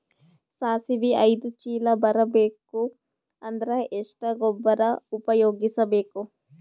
ಸಾಸಿವಿ ಐದು ಚೀಲ ಬರುಬೇಕ ಅಂದ್ರ ಎಷ್ಟ ಗೊಬ್ಬರ ಉಪಯೋಗಿಸಿ ಬೇಕು?